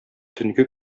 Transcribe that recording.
төнге